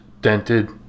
Dented